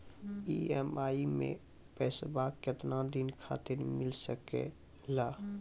EMI मैं पैसवा केतना दिन खातिर मिल सके ला?